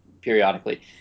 periodically